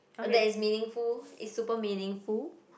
oh that is meaningful is super meaningful